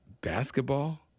basketball